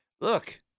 Look